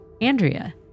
Andrea